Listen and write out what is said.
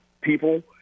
people